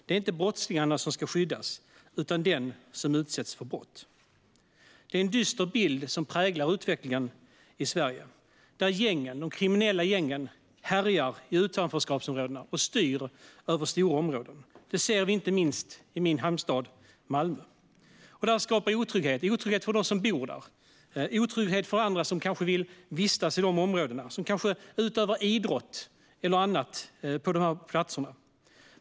Det är inte brottslingarna som ska skyddas utan den som utsätts för brott. Det är en dyster bild som präglar utvecklingen i Sverige, där de kriminella gängen härjar i utanförskapsområdena och styr över stora områden. Det ser vi inte minst i min hemstad Malmö. Detta skapar otrygghet för dem som bor där och för andra som kanske vill vistas i dessa områden och som kanske utövar idrott eller annat på dessa platser.